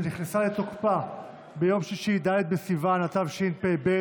שנכנסה לתוקפה ביום שישי, ד' בסיוון התשפ"ב,